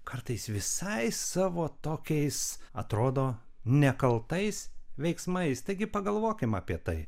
kartais visai savo tokiais atrodo nekaltais veiksmais taigi pagalvokim apie tai